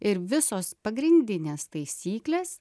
ir visos pagrindinės taisyklės